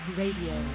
radio